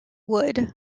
would